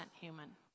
human